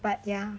but ya